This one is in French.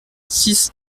six